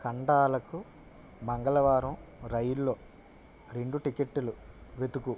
ఖండాలాకు మంగళవారం రైల్లో రెండు టిక్కెట్లు వెతుకు